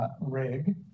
Rig